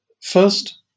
First